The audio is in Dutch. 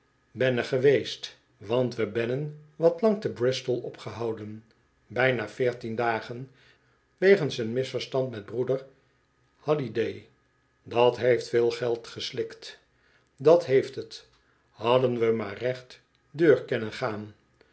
ongelukkig bennen geweest want we bennen wat lang te bristol opgehouden bijna veertien dagen wegens een misverstand met broeder halliday dat heeft veel geld geslikt dat heeft t hadden we maar recht deur kennen